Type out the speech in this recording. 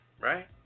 right